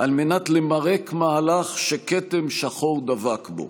על מנת למרק מהלך שכתם שחור דבק בו,